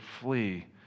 flee